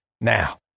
Now